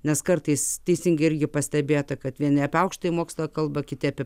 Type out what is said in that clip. nes kartais teisingai irgi pastebėta kad vieni apie aukštojį mokslą kalba kiti apie